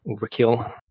overkill